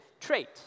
trait